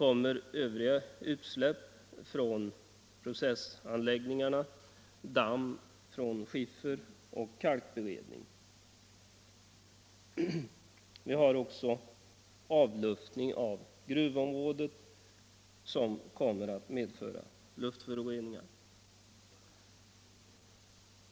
Andra utsläpp kommer från processanläggningar, och från skiffer och kalkberedning kommer damm. Avluftning från gruvområdet kommer också att medföra luftföroreningar.